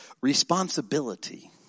responsibility